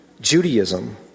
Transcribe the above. Judaism